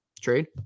trade